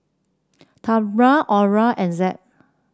Tamra Orah and Zed